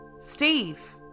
Steve